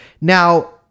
Now